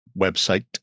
website